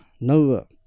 no